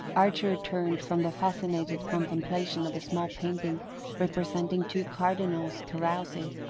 archer turned from the fascinated contemplation of a small painting representing two cardinals carousing,